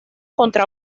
contra